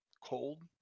cold